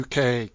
UK